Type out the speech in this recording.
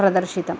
प्रदर्शितं